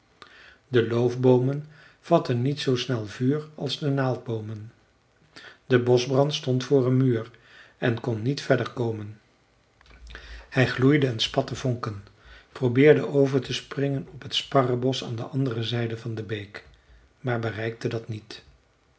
de loofboomen vatten niet zoo snel vuur als de naaldboomen de boschbrand stond voor een muur en kon niet verder komen hij gloeide en spatte vonken probeerde over te springen op het sparrenbosch aan de andere zijde van de beek maar bereikte dat niet